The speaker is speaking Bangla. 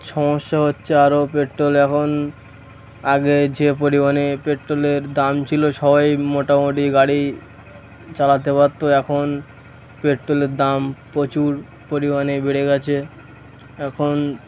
সমস্যা হচ্ছে আরও পেট্রোল এখন আগে যে পরিমাণে পেট্রোলের দাম ছিল সবাই মোটামুটি গাড়ি চালাতে পারত এখন পেট্রোলের দাম প্রচুর পরিমাণে বেড়ে গিয়েছে এখন